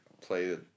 play